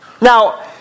Now